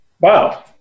Wow